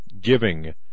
giving